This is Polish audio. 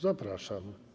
Zapraszam.